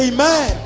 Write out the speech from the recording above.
Amen